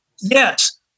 yes